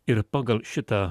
ir pagal šitą